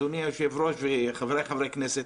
אדוני היושב-ראש וחבריי חברי הכנסת,